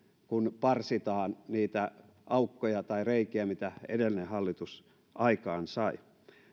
kun parsitaan niitä aukkoja tai reikiä mitä edellinen hallitus aikaansai